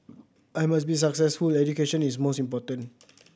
I must be successful education is most important